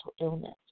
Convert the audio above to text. illness